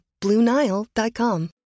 BlueNile.com